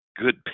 good